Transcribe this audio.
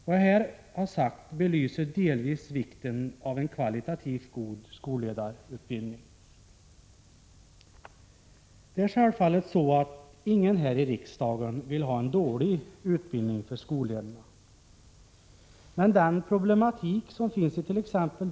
Vad jag här har sagt belyser delvis vikten av en kvalitativt god skolledarutbildning. Det är självfallet så att ingen här i riksdagen vill ha en dålig utbildning för skolledarna. Men den problematik som finnsit.ex.